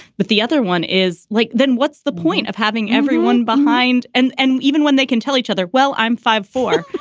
but the other one is like, then what's the point of having everyone behind? and and even when they can tell each other, well, i'm five zero four,